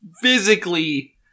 physically